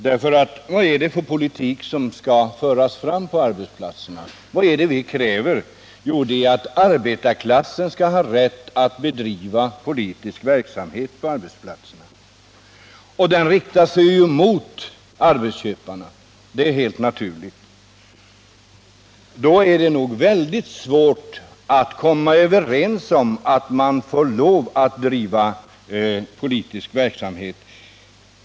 Vad är det för politik som skall föras fram på arbetsplatserna? Vad är det vi kräver? Jo, det är att arbetarklassen skall ha rätt att bedriva politisk verksamhet på arbetsplatserna, och den verksamheten riktar sig ju mot arbetsköparna — det är helt naturligt. Då är det nog svårt att komma överens om att man får lov att driva politisk verksamhet.